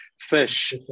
fish